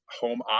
home